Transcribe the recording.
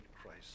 Christ